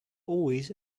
always